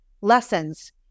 lessons